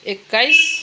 एक्काइस